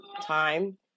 time